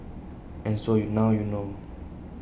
and so you now you know